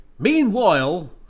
Meanwhile